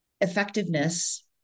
effectiveness